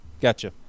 Gotcha